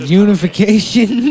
unification